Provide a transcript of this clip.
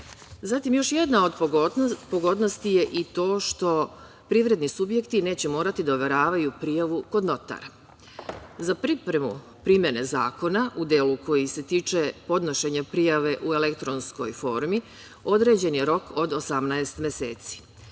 dinara. Još jedna od pogodnosti je i to što privredni subjekti neće morati da overavaju prijavu kod notara.Za pripremu primene zakona u delu koji se tiče podnošenja prijave u elektronskoj formi određen je rok od 18 meseci.